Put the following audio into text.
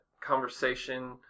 conversation